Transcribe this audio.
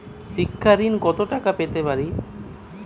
শিক্ষা ঋণ কত টাকা পেতে পারি?